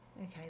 Okay